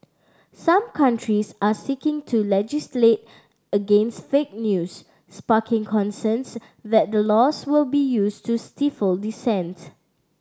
some countries are seeking to legislate against fake news sparking concerns that the laws will be used to stifle dissent